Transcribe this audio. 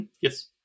Yes